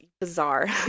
bizarre